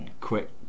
quick